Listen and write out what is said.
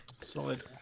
Solid